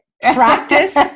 Practice